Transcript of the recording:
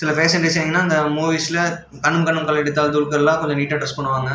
சில ஃபேஷன் டிசைனிங்கெலாம் அந்த மூவிஸ்சில் கண்ணும் கண்ணும் கொள்ளையடித்தால் துல்கரெலாம் கொஞ்சம் நீட்டாக ட்ரெஸ் பண்ணுவாங்க